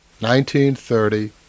1930